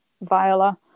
Viola